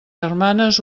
germanes